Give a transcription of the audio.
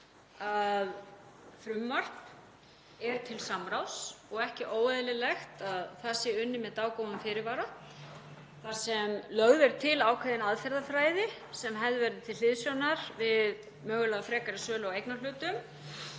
að frumvarp er til samráðs og ekki óeðlilegt að það sé unnið með dágóðum fyrirvara þar sem lögð er til ákveðin aðferðafræði sem höfð er til hliðsjónar við mögulega frekari sölu á eignarhlutum.